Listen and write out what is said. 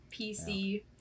PC